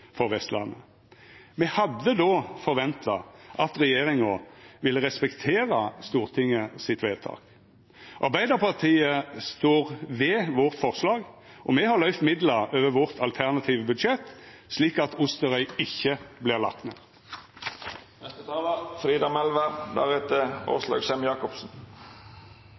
for Vestlandet. Me hadde då forventa at regjeringa ville respektera Stortinget sitt vedtak. Arbeidarpartiet står ved forslaget sitt, og me har løyvd midlar over vårt alternative budsjett, slik at Osterøy ikkje vert lagt